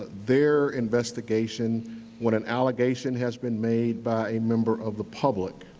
their investigation when an allegation has been made by a member of the public.